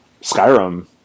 Skyrim